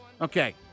Okay